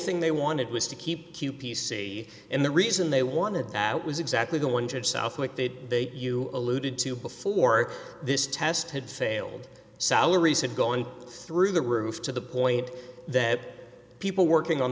thing they wanted was to keep q p c and the reason they wanted that was exactly going to have southwick that they you alluded to before this test had failed salaries had gone through the roof to the point that people working on